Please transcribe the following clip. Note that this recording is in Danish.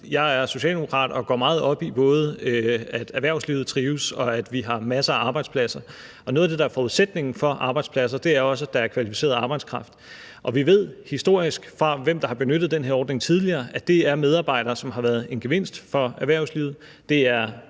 jeg er socialdemokrat og går både meget op i, at erhvervslivet trives, og at vi har masser af arbejdspladser, og noget af det, der er forudsætningen for arbejdspladser, er også, at der er kvalificeret arbejdskraft, og vi ved historisk med hensyn til dem, der har benyttet den her ordning tidligere, at det er medarbejdere, som har været en gevinst for erhvervslivet.